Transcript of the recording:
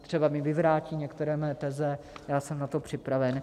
Třeba mi vyvrátí některé mé teze, já jsem na to připraven.